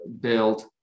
build